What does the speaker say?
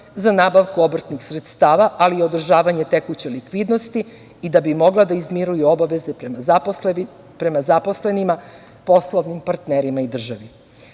za nabavku obrtnih sredstava, ali i održavanje tekuće likvidnosti i da bi mogla da izmiruje obaveze prema zaposlenima, poslovnim partnerima i državi. Na